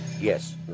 Yes